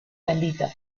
bendita